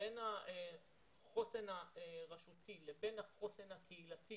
בין החוסן הרשותי לבין החוסן הקהילתי